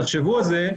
(היו"ר חמד עמאר, 11:42) תחשבו על זה,